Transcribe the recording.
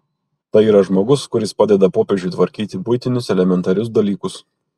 tai yra žmogus kuris padeda popiežiui tvarkyti buitinius elementarius dalykus